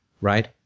right